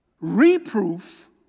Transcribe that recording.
Reproof